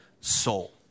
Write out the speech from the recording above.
soul